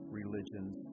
religions